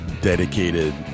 dedicated